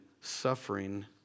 suffering